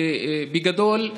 בגדול,